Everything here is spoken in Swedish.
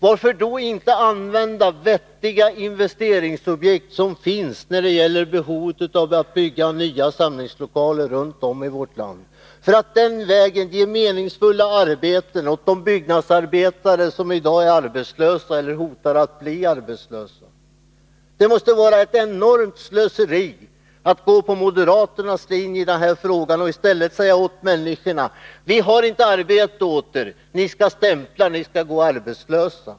Varför då inte använda vettiga investeringsobjekt som finns i form av behov av att bygga nya samlingslokaler runt om i vårt land, för att den vägen ge meningsfulla arbeten åt de byggnadsarbetare som i dag är arbetslösa eller riskerar att bli det? Det måste vara ett enormt slöseri att gå på moderaternas linje och i stället säga åt människorna: Vi har inte arbete åt er, ni skall stämpla och gå arbetslösa.